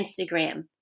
Instagram